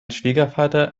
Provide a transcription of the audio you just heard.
schwiegervater